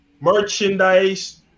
merchandise